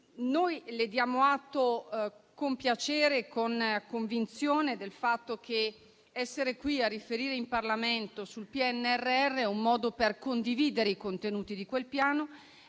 Le diamo atto con piacere e con convinzione del fatto che essere qui a riferire in Parlamento sul PNRR è un modo per condividere i contenuti di quel Piano,